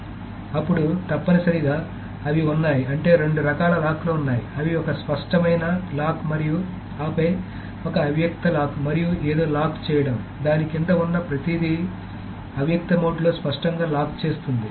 కాబట్టి అప్పుడు తప్పనిసరిగా అవి ఉన్నాయి అంటే రెండు రకాల లాక్ లు ఉన్నాయి అవి ఒక స్పష్టమైన లాక్ మరియు ఆపై ఒక అవ్యక్త లాక్ మరియు ఏదో లాక్ చేయడం దాని కింద ఉన్న ప్రతిదాన్ని అవ్యక్త మోడ్లో స్పష్టంగా లాక్ చేస్తుంది